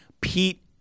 Pete